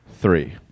three